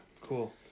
cool